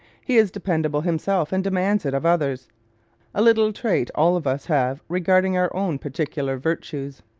he is dependable himself and demands it of others a little trait all of us have regarding our own particular virtues.